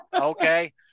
Okay